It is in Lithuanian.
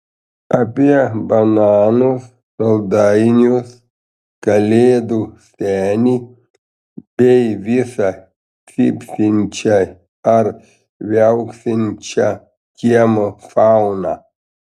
apie bananus saldainius kalėdų senį bei visą cypsinčią ar viauksinčią kiemo fauną